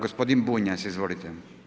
Gospodin Bunjac, izvolite.